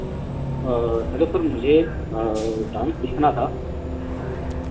दरअसल मुझे डांस सीखना था